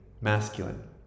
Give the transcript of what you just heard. masculine